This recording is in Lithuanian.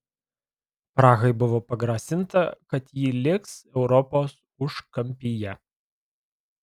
prahai buvo pagrasinta kad ji liks europos užkampyje